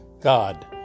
God